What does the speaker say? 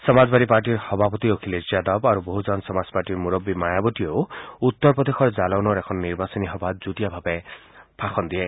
সমাজবাদী পাৰ্টীৰ সভাপতি অখিলেশ যাদৱ আৰু বহুজন সমাজ পাৰ্টীৰ মুৰববী মায়াৱতীয়েও উত্তৰ প্ৰদেশৰ জালৌনৰ এখন নিৰ্বাচনী সভাত যুটীয়াভাৱে ভাষণ দিয়ে